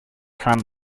some